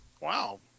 Wow